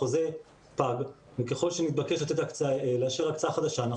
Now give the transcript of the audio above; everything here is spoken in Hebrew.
החוזה פג וככל שמתבקש לאשר הקצאה חדשה,